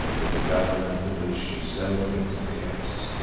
in the government of which she seldom interferes.